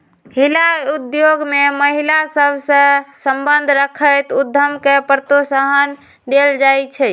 हिला उद्योग में महिला सभ सए संबंध रखैत उद्यम के प्रोत्साहन देल जाइ छइ